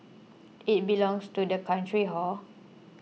it belongs to the country hor